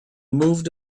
moved